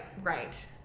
right